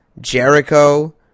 Jericho